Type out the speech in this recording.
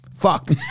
fuck